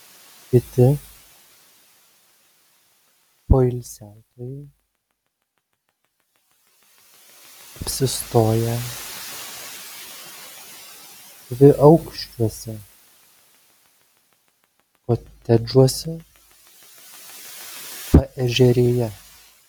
kiti poilsiautojai apsistoję dviaukščiuose kotedžuose paežerėje